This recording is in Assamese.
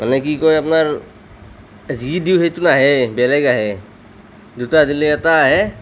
মানে কি কয় আপোনাৰ যি দিওঁ সেইটো নাহে বেলেগ আহে দুটা দিলে এটা আহে